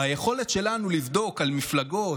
ביכולת שלנו לבדוק על מפלגות